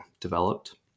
developed